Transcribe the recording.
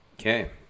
Okay